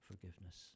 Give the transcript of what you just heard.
forgiveness